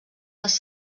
les